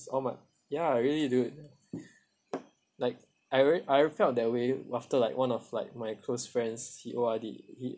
all my ya really dude like I re~ I felt that way after like one of like my close friends he O_R_D he